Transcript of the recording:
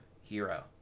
hero